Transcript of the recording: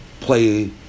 play